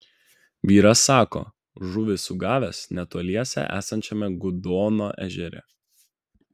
vyras sako žuvį sugavęs netoliese esančiame gudono ežere